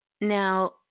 Now